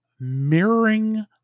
mirroring